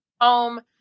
home